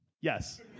Yes